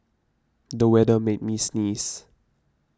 the weather made me sneeze